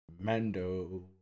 mando